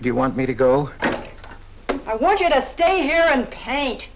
if you want me to go i want you to stay here and paint